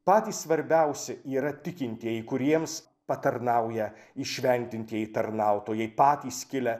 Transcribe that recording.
patys svarbiausi yra tikintieji kuriems patarnauja įšventintieji tarnautojai patys kilę